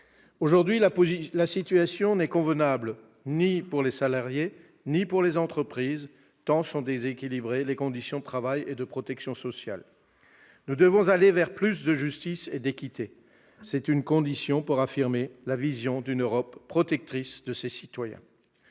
Aujourd'hui, la situation n'est convenable ni pour les salariés ni pour les entreprises, tant sont déséquilibrées les conditions de travail et de protection sociale. Nous devons aller vers plus de justice et d'équité ; c'est une condition pour conforter l'image d'une Europe protectrice de ses citoyens.